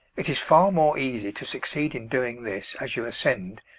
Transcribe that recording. it is far more easy to succeed in doing this as you ascend,